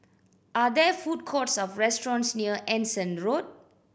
are there food courts or restaurants near Anson Road